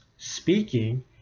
speaking